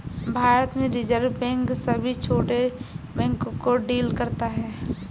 भारत में reserve bank सभी छोटे बैंक को डील करता है